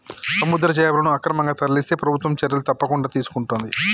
సముద్ర చేపలను అక్రమంగా తరలిస్తే ప్రభుత్వం చర్యలు తప్పకుండా తీసుకొంటది